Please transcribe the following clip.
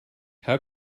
how